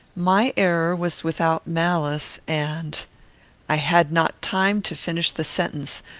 my error was without malice, and i had not time to finish the sentence,